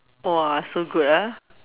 !whoa! so good ah